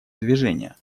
движения